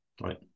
right